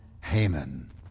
Haman